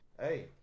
hey